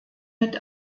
mit